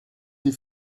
die